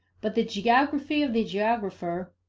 but the geography of the geographer,